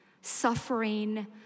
Suffering